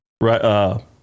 right